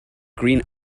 green